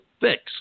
Fix